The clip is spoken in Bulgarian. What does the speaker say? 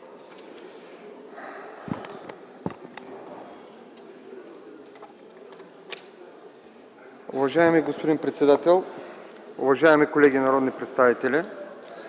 Уважаеми господин председател, уважаеми колеги народни представители!